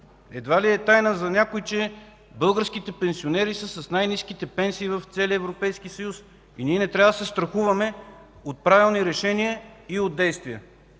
Едва ли е тайна за някой, че българските пенсионери са с най-ниските пенсии в целия Европейски съюз. И ние не трябва да се страхуваме от правилни решения, от действие.